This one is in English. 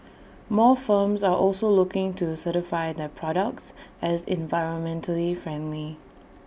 more firms are also looking to certify their products as environmentally friendly